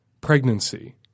pregnancy